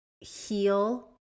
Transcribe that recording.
heal